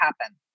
happen